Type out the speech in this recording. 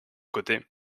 côté